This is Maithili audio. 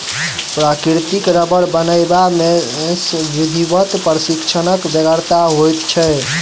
प्राकृतिक रबर बनयबा मे विधिवत प्रशिक्षणक बेगरता होइत छै